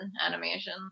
animation